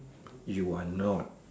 you are not